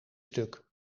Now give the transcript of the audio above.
stuk